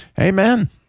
Amen